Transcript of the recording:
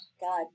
God